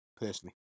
personally